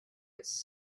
its